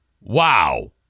Wow